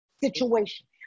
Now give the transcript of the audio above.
situation